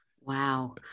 Wow